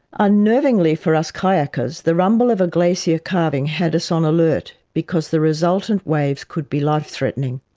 unnervingly for us kayakers, the rumble of a glacier calving had us on alert because the resultant waves could be life-threatening.